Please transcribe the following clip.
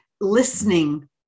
listening